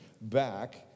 back